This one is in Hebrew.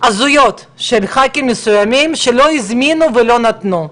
הזויות של חברי כנסת מסוימים שטוענים שלא הזמינו ולא נתנו לדבר.